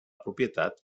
propietat